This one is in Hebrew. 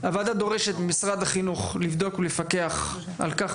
הוועדה דורשת ממשרד החינוך לבדוק ולפקח על כך,